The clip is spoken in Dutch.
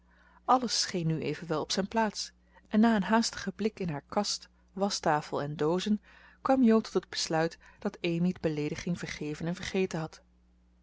alles scheen nu evenwel op zijn plaats en na een haastigen blik in haar kast waschtafel en doozen kwam jo tot het besluit dat amy de beleediging vergeven en vergeten had